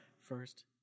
first